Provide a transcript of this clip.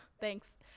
Thanks